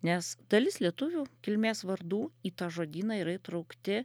nes dalis lietuvių kilmės vardų į tą žodyną yra įtraukti